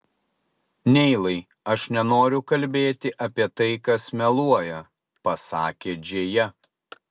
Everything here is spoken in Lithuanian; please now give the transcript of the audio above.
neilai aš nenoriu kalbėti apie tai kas meluoja pasakė džėja